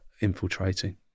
infiltrating